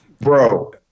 bro